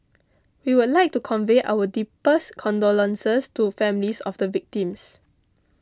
we would like to convey our deepest condolences to families of the victims